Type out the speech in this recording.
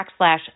backslash